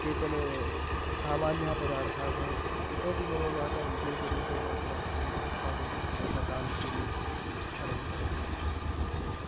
केचन सामान्याः पदार्थाः भवन्ति इतोपि मम माता विशेषरूपेण कदाचित् किञ्चित् स्थापयति स्म यथा दाल्चिनि अनन्तरं